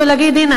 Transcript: ולהגיד: הנה,